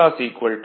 5152 0